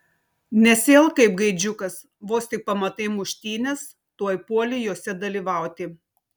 nesielk kaip gaidžiukas vos tik pamatai muštynes tuoj puoli jose dalyvauti